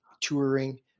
touring